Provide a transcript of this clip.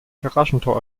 garagentor